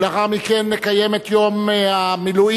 ולאחר מכן נקיים את יום המילואים,